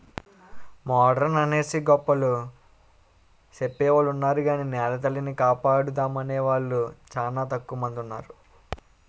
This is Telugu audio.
మోడరన్ అనేసి గొప్పలు సెప్పెవొలున్నారు గాని నెలతల్లిని కాపాడుతామనేవూలు సానా తక్కువ మందున్నారు